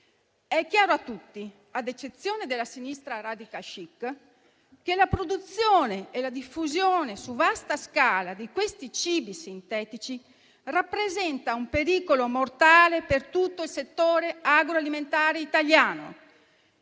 È chiaro a tutti, ad eccezione della sinistra *radical chic*, che la produzione e la diffusione su vasta scala di questi cibi sintetici rappresenta un pericolo mortale per tutto il settore agroalimentare italiano.